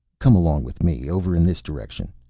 come along with me. over in this direction.